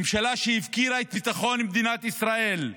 ממשלה שהפקירה את ביטחון מדינת ישראל,